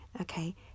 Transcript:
Okay